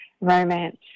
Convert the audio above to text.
romance